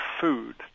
food